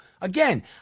again